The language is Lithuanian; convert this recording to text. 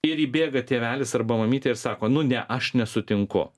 ir įbėga tėvelis arba mamytė ir sako nu ne aš nesutinku